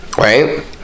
right